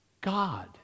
God